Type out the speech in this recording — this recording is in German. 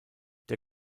der